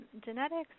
Genetics